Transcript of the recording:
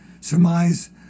surmise